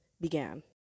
began